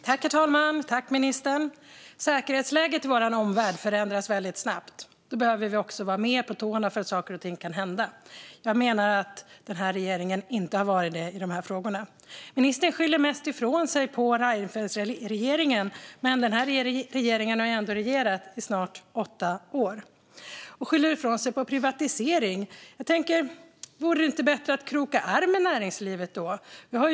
Herr talman! Säkerhetsläget i vår omvärld förändras snabbt. Då behöver vi vara mer på tårna eftersom saker och ting händer. Jag menar att regeringen inte har varit det i dessa frågor. Ministern skyller mest ifrån sig på Reinfeldtregeringen, men den här regeringen har ändå regerat i snart åtta år och skyller ifrån sig på privatisering. Vore det inte bättre att kroka arm med näringslivet?